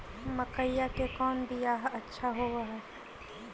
मकईया के कौन बियाह अच्छा होव है?